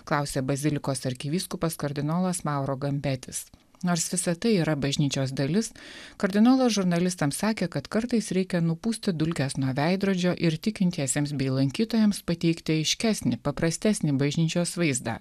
klausė bazilikos arkivyskupas kardinolas mauro gampetis nors visa tai yra bažnyčios dalis kardinolas žurnalistams sakė kad kartais reikia nupūsti dulkes nuo veidrodžio ir tikintiesiems bei lankytojams pateikti aiškesnį paprastesnį bažnyčios vaizdą